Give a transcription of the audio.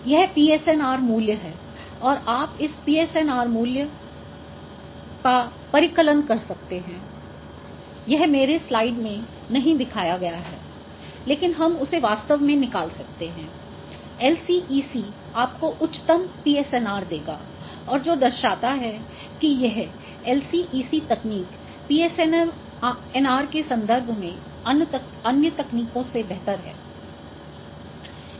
यह PSNR मूल्य है और आप इस PSNR मूल्य का परिकलन कर सकते हैं यह मेरे स्लाइड में नहीं दिखाया गया है लेकिन हम उसे वास्तव में निकाल सकते हैं LCEC आपको उच्चतम PSNR देगा और जो दर्शाता है कि यह LCEC तकनीक PSNR के संदर्भ में अन्य तकनीकों से बेहतर है